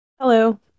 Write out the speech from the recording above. Hello